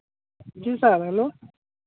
ji sir hello